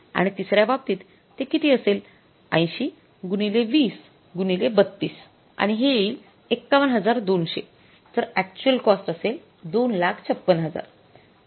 आणि तिसऱ्या बाबतीत ते किती असेल ८० गुणिले २० गुणिले ३२ गुणिले आणि हे येईल ५१२०० तर अक्चुअल कॉस्ट असेल २५६०००